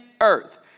earth